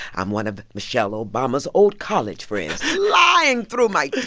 i'm one of michelle obama's old college friends, lying through my teeth.